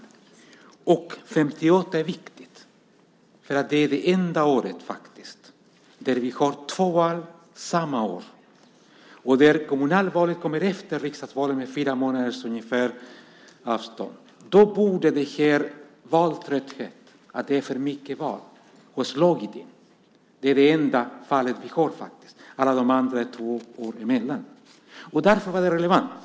År 1958 är viktigt, för det är det enda året där vi hade två val samma år och där kommunalvalet kom ungefär fyra månader efter riksdagsvalet. Då borde valtröttheten - att det är för många val - ha slagit in. Det är det enda fall vi har, för alla de andra valen är det två år emellan. Därför är 1958 relevant.